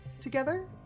together